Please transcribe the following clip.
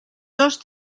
dos